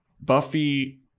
Buffy